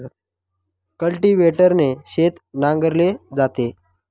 कल्टिव्हेटरने शेत नांगरले जाते